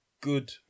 good